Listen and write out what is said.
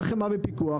הייתה חמאה בפיקוח,